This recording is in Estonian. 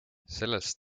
sellest